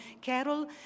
Carol